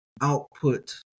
output